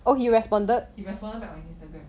he responded back on Instagram